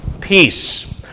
peace